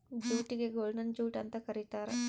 ಜೂಟಿಗೆ golden jute ಅಂತ ಕರೀತಾರ